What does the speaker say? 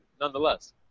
nonetheless